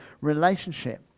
relationship